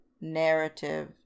narrative